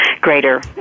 greater